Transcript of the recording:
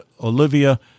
Olivia